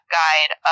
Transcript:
guide